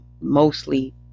mostly